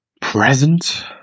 present